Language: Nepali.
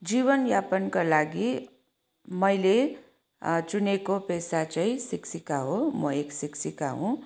जीवनयापनको लागि मैले चुनेको पेसा चाहिँ शिक्षिका हो म एक शिक्षिका हुँ